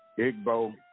Igbo